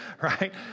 right